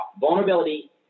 vulnerability